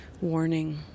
warning